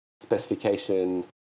specification